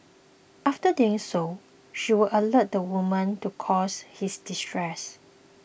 after doing so she would alert the woman to cause his distress